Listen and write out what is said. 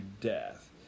death